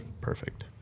Perfect